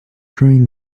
during